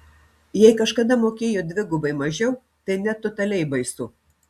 jei kažkada mokėjo dvigubai mažiau tai net totaliai baisu